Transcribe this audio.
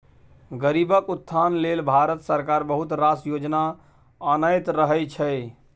गरीबक उत्थान लेल भारत सरकार बहुत रास योजना आनैत रहय छै